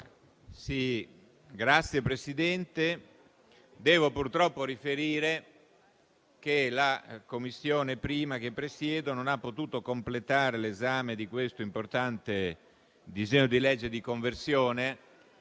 Signor Presidente, devo purtroppo riferire che la 1a Commissione, che presiedo, non ha potuto completare l'esame di questo importante disegno di legge di conversione